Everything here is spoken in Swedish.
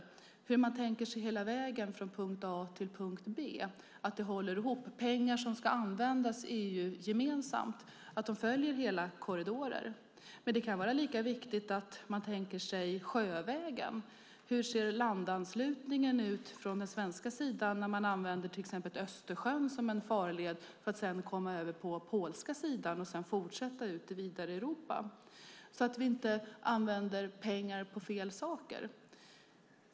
Det handlar om hur man tänker sig hela vägen från punkt A till punkt B, att det håller ihop, att pengar som ska användas EU-gemensamt följer hela korridorer. Men det kan vara lika viktigt att man tänker sig sjövägen. Hur ser landanslutningen ut från den svenska sidan när man använder till exempel Östersjön som en farled för att komma över på polska sidan och sedan fortsätta vidare ut i Europa? Det kan vara viktigt, så att vi inte använder pengar på fel saker.